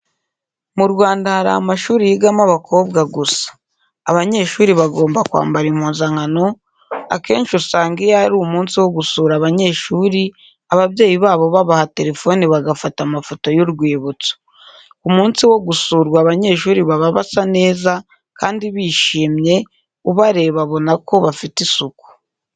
Mu Rwanda hari amashuri yigamo abakobwa gusa. Abanyeshuri bagomba kwambara impuzankano, akenshi usanga iyo ari umunsi wo gusura abanyeshuri; ababyeyi babo babaha telefone bagafata amafoto y'urwibutso. Ku munsi wo gusurwa abanyeshuri baba basa neza kandi bishimye, ubareba abonako bafite isuku.